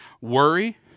worry